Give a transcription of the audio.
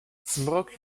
zmrok